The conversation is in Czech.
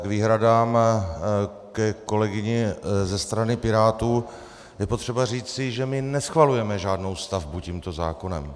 K výhradám ke kolegyni ze strany Pirátů je potřeba říci, že my neschvalujeme žádnou stavbu tímto zákonem.